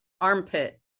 Armpit